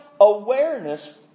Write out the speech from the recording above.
awareness